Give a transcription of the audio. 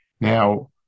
Now